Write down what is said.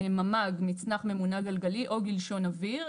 ממ"ג - מצנח ממונע גלגלי, או גלשון אוויר.